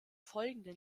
folgenden